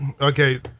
okay